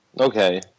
Okay